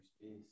space